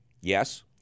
Yes